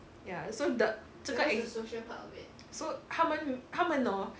ya so the 这个 ex so 它们它们 hor